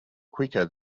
quicker